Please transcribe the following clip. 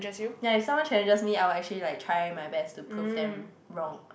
ya if someone challenges me I will actually like try my best to prove them wrong